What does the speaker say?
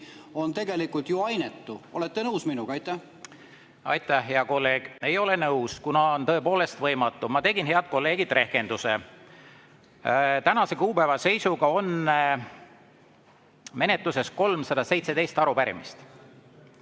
on tegelikult ju ainetu. Olete nõus minuga? Aitäh, hea kolleeg! Ei ole nõus, kuna on tõepoolest võimatu. Ma tegin, head kolleegid, rehkenduse. Tänase kuupäeva seisuga on menetluses 317 arupärimist.